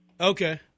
Okay